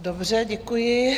Dobře, děkuji.